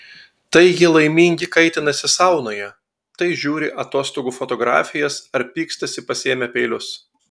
tai jie laimingi kaitinasi saunoje tai žiūri atostogų fotografijas ar pykstasi pasiėmę peilius